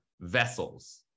vessels